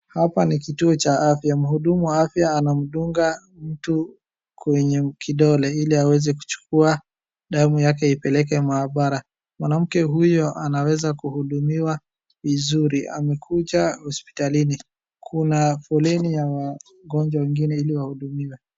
Hapa ni kituo cha afya. Mhudumu wa afya anamdunga mtu kwenye kidole iliaweze kuchukua damu yake aipeleke maabara. Mwanamke huyo anaweza kuhudumiwa vizuri. Amekuja hospitalini. Kuna foleni ya wagonjwa wengine iliwahudumiwe.